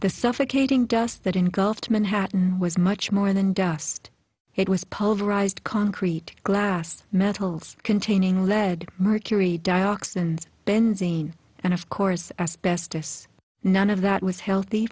the suffocating dust that engulfed manhattan was much more than dust it was pulverized concrete glass metals containing lead mercury dioxins benzene and of course asbestos none of that was healthy